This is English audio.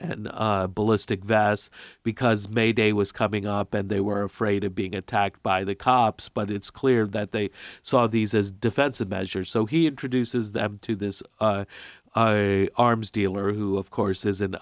and ballistic vest because mayday was coming up and they were afraid of being attacked by the cops but it's clear that they saw these as defensive measures so he introduces them to this arms dealer who of course is an